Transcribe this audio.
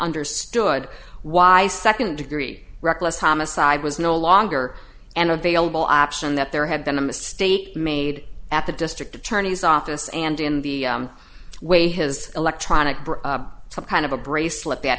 understood why second degree reckless homicide was no longer and available option that there had been a mistake made at the district attorney's office and in the way has electronic bridge some kind of a bracelet that